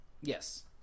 Yes